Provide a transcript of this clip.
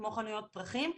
כמו חנויות פרחים,